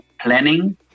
planning